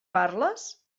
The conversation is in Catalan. parles